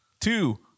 two